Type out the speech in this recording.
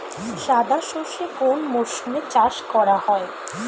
সাদা সর্ষে কোন মরশুমে চাষ করা হয়?